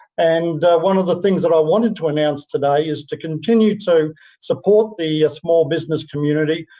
and one of the things that i wanted to announce today is to continue to support the small business community,